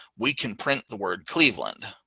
we can print the word cleveland.